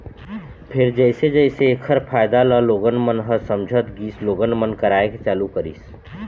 फेर जइसे जइसे ऐखर फायदा ल लोगन मन ह समझत गिस लोगन मन कराए के चालू करिस